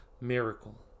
miracle